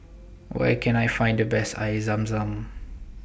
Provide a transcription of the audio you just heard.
Where Can I Find The Best Air Zam Zam